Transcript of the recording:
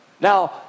Now